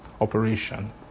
operation